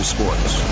Sports